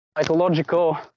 psychological